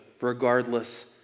regardless